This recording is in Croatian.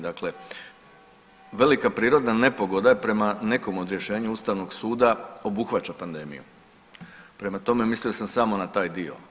Dakle, velika prirodna nepogoda je prema nekom odrješenju ustavnog suda obuhvaća pandemiju, prema tome mislio sam samo na taj dio.